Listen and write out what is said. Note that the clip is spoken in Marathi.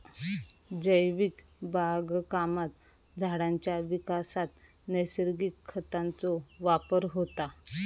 जैविक बागकामात झाडांच्या विकासात नैसर्गिक खतांचो वापर होता